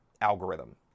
algorithm